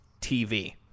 tv